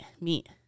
meat